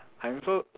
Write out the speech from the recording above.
I am also